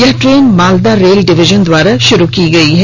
यह train Malda rail division द्वारा शुरू की गई है